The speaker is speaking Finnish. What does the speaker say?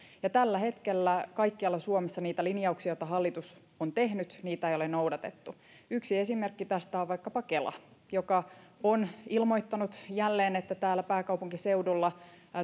tällä hetkellä kaikkialla suomessa niitä linjauksia joita hallitus on tehnyt ei ole noudatettu yksi esimerkki tästä on vaikkapa kela joka on ilmoittanut jälleen että täällä pääkaupunkiseudulla